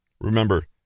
Remember